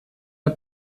der